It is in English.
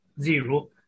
zero